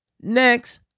Next